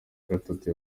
gatatu